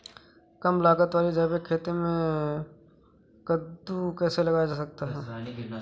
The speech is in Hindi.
कम लागत वाली जैविक खेती में कद्दू कैसे लगाया जा सकता है?